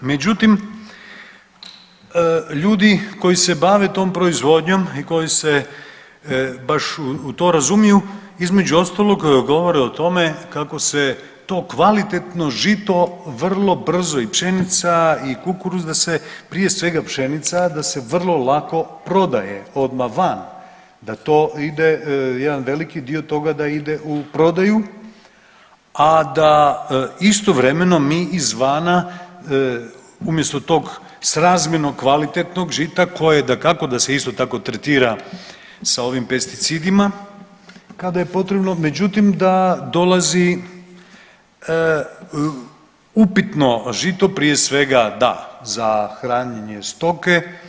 Međutim, ljudi koji se bave tom proizvodnjom i koji se baš u to razumiju između ostalog govore o tome kako se to kvalitetno žito vrlo brzo i pšenica i kukuruz da se, prije svega pšenica da se vrlo lako prodaje odma van, da to ide, jedan veliki dio toga da ide u prodaju, a da istovremeno mi izvana umjesto tog srazmjerno kvalitetnog žita koje dakako da se isto tako tretira sa ovim pesticidima kada je potrebno, međutim da dolazi upitno žito prije svega da za hranjenje stoke.